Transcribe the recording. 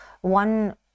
one